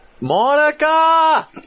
Monica